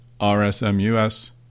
RSMUS